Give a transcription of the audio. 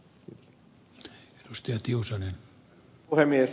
herra puhemies